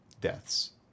deaths